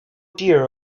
dear